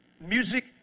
Music